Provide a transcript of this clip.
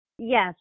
Yes